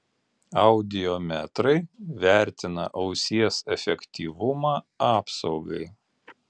audiometrai vertina ausies efektyvumą apsaugai